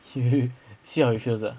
you see how it feels ah